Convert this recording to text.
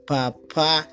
Papa